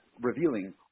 revealing